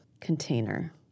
container